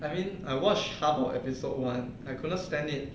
I mean I watch half of episode one I could not stand it